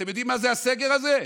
אתם יודעים מה זה הסגר הזה?